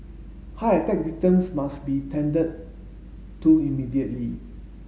heart attack victims must be tended to immediately